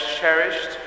cherished